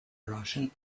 rushing